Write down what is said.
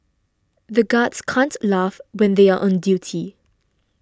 the guards can't laugh when they are on duty